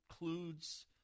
includes